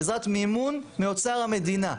בעזרת מימון מאוצר המדינה.